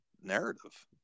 narrative